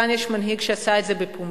כאן יש מנהיג שעשה את זה בפומבי,